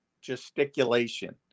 gesticulation